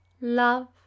Love